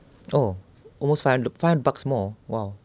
oh almost five hundred five hundred bucks more !wow!